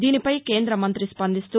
దీనిపై కేంద్రమంత్రి స్పందిస్తూ